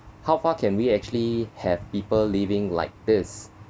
how far can we actually have people living like this